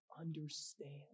understand